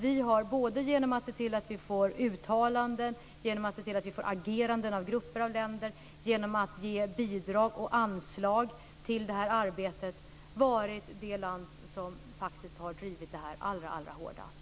Vi har genom att se till att få uttalanden, genom att se till att få ageranden av grupper av länder och genom att ge bidrag och anslag till det här arbetet varit det land som har drivit den här frågan allra hårdast.